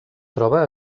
troba